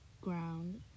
ground